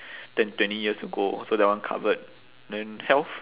ten twenty years ago so that one covered then health